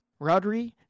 Rodri